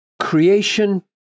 creation